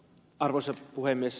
arvoisa puhemies